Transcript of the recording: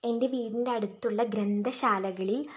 എൻ്റെ വീടിൻ്റെ അടുത്തുള്ള ഗ്രന്ഥ ശാലകളിൽ